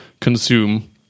consume